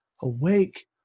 awake